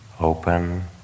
open